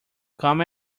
come